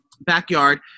backyard